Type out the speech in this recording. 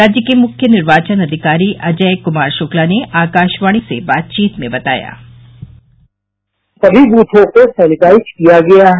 राज्य के मुख्य निर्वाचन अधिकारी अजय क्मार शुक्ला ने आकाशवाणी से बातचीत में बताया कि सभी बूथों को सेनेटाइज किया गया है